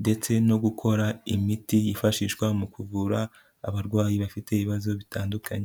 ndetse no gukora imiti yifashishwa mu kuvura abarwayi bafite ibibazo bitandukanye.